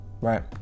right